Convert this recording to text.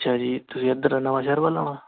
ਅੱਛਾ ਜੀ ਤੁਸੀਂ ਇੱਧਰ ਨਵਾਂ ਸ਼ਹਿਰ ਵੱਲ੍ਹ ਆਉਣਾ